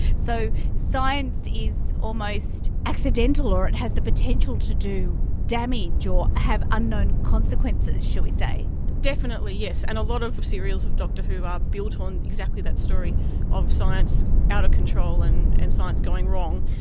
so science is almost accidental or it has the potential to do damage or have unknown consequences, shall we say. definitely, yes, and a lot of of serials of doctor who are built on exactly that story of science out of control and and science going wrong.